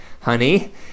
honey